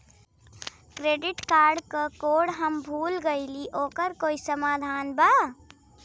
Credit card क code हम भूल गइली ओकर कोई समाधान बा?